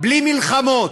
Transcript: בלי מלחמות.